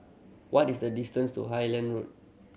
what is the distance to Highland Road